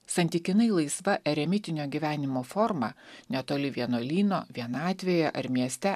santykinai laisva eremitinio gyvenimo forma netoli vienuolyno vienatvėje ar mieste